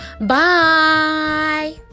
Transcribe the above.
Bye